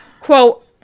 Quote